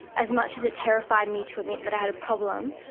as much as it terrified me to admit that i had a problem,